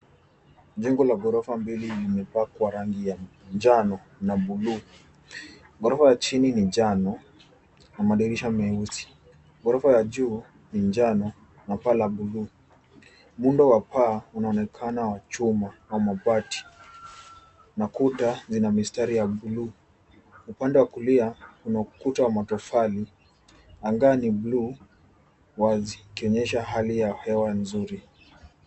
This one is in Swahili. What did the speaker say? Ni jengo la ghorofa mbili imepakwa rangi ya njano na buluu. Ghorofa ya chini ni njano na madirisha meusi. Gorofa ya juu ni njano na pala buluu. Muundo wa paa unaonekana wa chuma wa mabati. Na kuta zina mistari ya buluu. Upande wa kulia kuna ukuta wa matofali. Anga ni buluu wazi ikionyesha hali ya hewa nzuri.